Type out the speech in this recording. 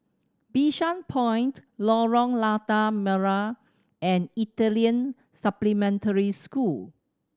Bishan Point Lorong Lada Merah and Italian Supplementary School